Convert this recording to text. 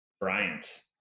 Bryant